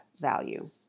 value